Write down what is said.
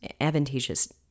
advantageous